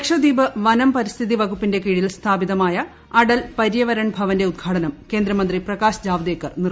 ലക്ഷദ്വീപ് വനം പരിസ്ഥിതി വകുപ്പിന്റെ കീഴിൽ സ്ഥാപിതമായ അടൽ പര്യവരൺ ഭവന്റെ ഉദ്ഘാടനം കേന്ദ്രമന്ത്രി പ്രകാശ് ജാവ്ദേക്കർ നിർവ്വഹിച്ചു